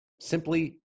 simply